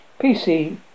PC